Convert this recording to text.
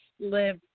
Live